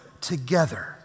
together